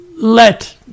let